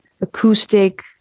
acoustic